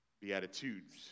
Beatitudes